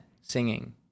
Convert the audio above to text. singing